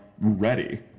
ready